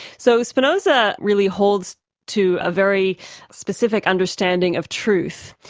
so spinoza really holds to a very specific understanding of truth.